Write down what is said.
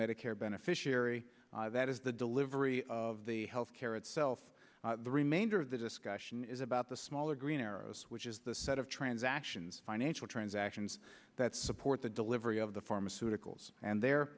medicare beneficiary that is the delivery of the healthcare itself the remainder of the discussion is about the smaller green arrows which is the set of transactions financial transactions that support the delivery of the pharmaceuticals and there